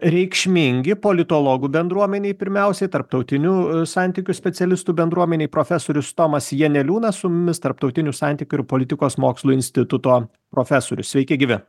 reikšmingi politologų bendruomenei pirmiausiai tarptautinių santykių specialistų bendruomenei profesorius tomas janeliūnas su mumis tarptautinių santykių ir politikos mokslų instituto profesorius sveiki gyvi